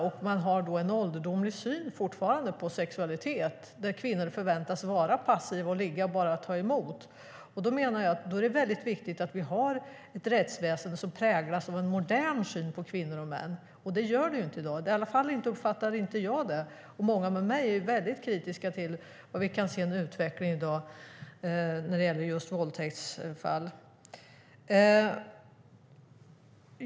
Då har man fortfarande en ålderdomlig syn på sexualitet - kvinnor förväntas vara passiva och bara ligga och ta emot. Jag menar att det är viktigt att vi har ett rättväsende som präglas av en modern syn på kvinnor och män. Det har vi inte i dag, i alla fall uppfattar inte jag det. Jag och många med mig är väldigt kritiska till den utveckling vi kan se i dag när det gäller just våldtäktsfall.